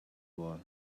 wall